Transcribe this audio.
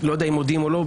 לא יודע אם מודיעים או לא.